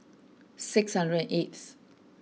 six hundred and eighth